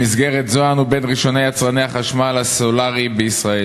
במסגרת זו אנו בין ראשוני יצרני החשמל הסולרי בישראל.